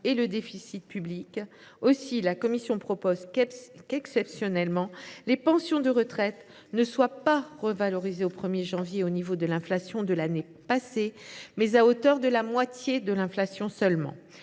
que je défendrai. En outre, la commission propose que, exceptionnellement, les pensions de retraite ne soient pas revalorisées au 1 janvier au niveau de l’inflation de l’année passée, mais à hauteur de la moitié de la hausse